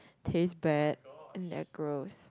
taste bad and they're gross